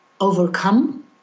overcome